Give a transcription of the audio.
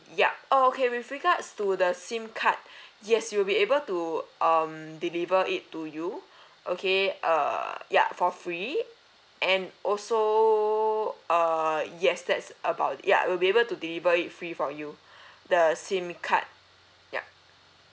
yup all okay with regards to the SIM card yes we'll be able to um deliver it to you okay err ya for free and also uh yes that's about it ya we'll be able to deliver it free for you the SIM card yup